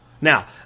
Now